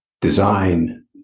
design